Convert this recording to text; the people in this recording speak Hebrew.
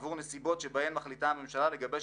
עבור נסיבות שבהן מחליטה הממשלה לגבש